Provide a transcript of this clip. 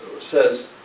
says